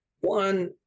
one